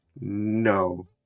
no